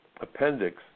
Appendix